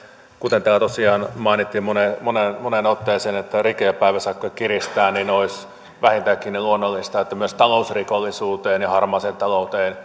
kuten täällä tosiaan mainittiin moneen otteeseen rike ja päiväsakkoja kiristetään joten olisi vähintäänkin luonnollista että myös talousrikollisuuteen ja harmaaseen talouteen